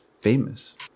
famous